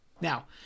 Now